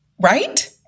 right